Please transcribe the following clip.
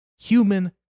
human